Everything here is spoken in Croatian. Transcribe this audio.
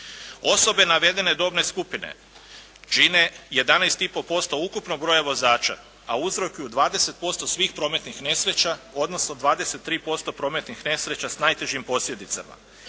Osobe navedene dobne skupine čine 11,5% ukupnog broja vozača a uzrokuju 20% svih prometnih nesreća, odnosno 23% prometnih nesreća sa najtežim posljedicama.